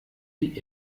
die